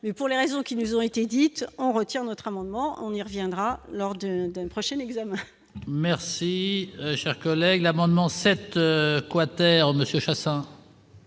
mais pour les raisons qui nous ont été dites, on retire notre amendement, on y reviendra lors de dans prochain examen. Merci, cher collègue, l'amendement 7 quater au Monsieur